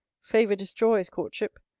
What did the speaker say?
favour destroys courtship.